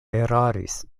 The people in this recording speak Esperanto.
eraris